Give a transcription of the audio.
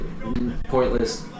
pointless